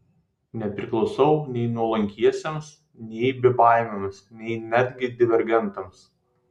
nepriklausau nei nuolankiesiems nei bebaimiams nei netgi divergentams